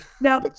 Now